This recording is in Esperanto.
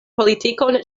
politikon